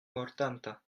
mortanta